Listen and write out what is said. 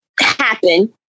happen